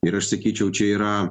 ir aš sakyčiau čia yra